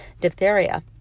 diphtheria